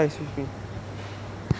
okay